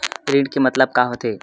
ऋण के मतलब का होथे?